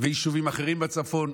ויישובים אחרים בצפון.